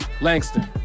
Langston